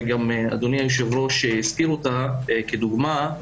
וגם אדוני היו"ר הזכיר אותה כדוגמה,